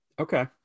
Okay